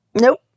Nope